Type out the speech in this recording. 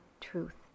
truth